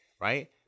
right